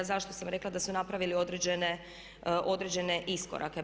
Zašto sam rekla da su napravili određene iskorake?